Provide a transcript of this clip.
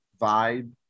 vibe